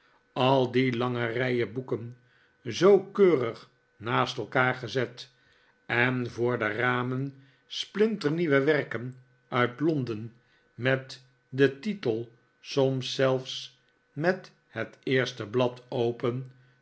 al die lange rijen boeken zoo keurig naast elkaar gezet en voor de ramen splinternieuwe werken uit londen met den titel soms zelfs met het eerste blad open